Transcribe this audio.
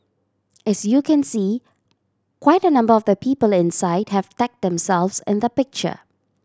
as you can see quite a number of the people inside have tagged themselves in the picture